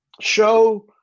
show